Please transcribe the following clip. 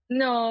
no